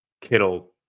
Kittle